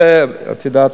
את זה את יודעת,